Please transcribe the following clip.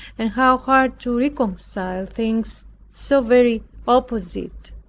and how hard to reconcile things so very opposite.